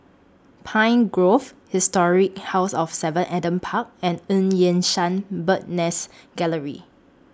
Pine Grove Historic House of seven Adam Park and EU Yan Sang Bird's Nest Gallery